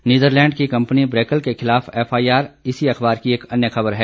Netherlands की कंपनी ब्रेकल के खिलाफ एफआईआर इसी अख़बार की एक अन्य ख़बर है